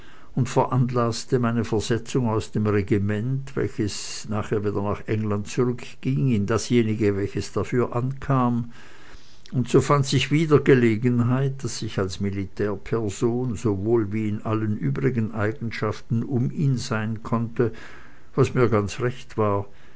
und veranlaßte meine versetzung aus dem regiment welches wieder nach england zurückging in dasjenige welches dafür ankam und so fand sich wieder gelegenheit daß ich als militärperson sowohl wie in allen übrigen eigenschaften um ihn sein konnte was mir ganz recht war